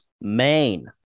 main